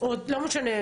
לא משנה,